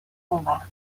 اونوقت